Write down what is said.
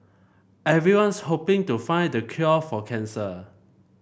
everyone's hoping to find the cure for cancer